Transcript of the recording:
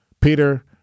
Peter